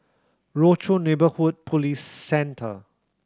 Rochor Neighborhood Police Centre